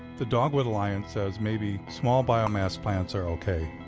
the dogwood alliance says maybe small biomass plants are okay.